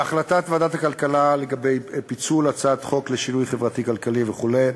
החלטת ועדת הכלכלה לגבי פיצול הצעת חוק לשינוי חברתי-כלכלי וכו'